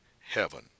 heaven